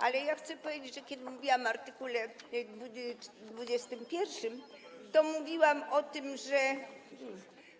Ale ja chcę powiedzieć, że kiedy mówiłam o art. 21, to mówiłam o tym, że